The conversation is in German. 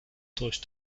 durch